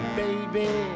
baby